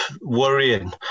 worrying